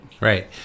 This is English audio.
Right